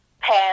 pass